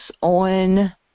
on